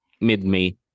mid-May